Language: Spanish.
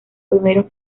primeros